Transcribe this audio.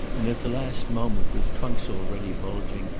and at the last moment with trunks already bulging,